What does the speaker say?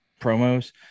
promos